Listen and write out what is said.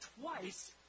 twice